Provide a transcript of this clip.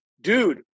dude